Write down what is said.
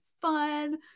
fun